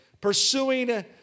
Pursuing